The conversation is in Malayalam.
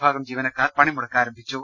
ഭാഗം ജീവനക്കാർ പണിമുടക്ക് ആരംഭിച്ചു